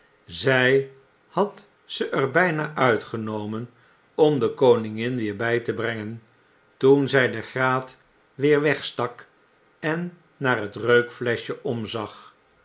zy had ze er byna uitgenomen om de koningin weer bj te brengen toen zy de graat weer wegstak en naar het reukfleschje omzag